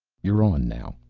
you're on now.